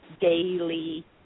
daily